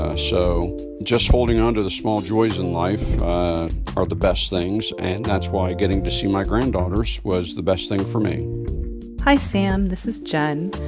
ah so just holding onto the small joys in life are the best things. and that's why getting to see my granddaughters was the best thing for me hi, sam. this is jen.